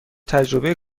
تجربه